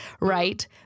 right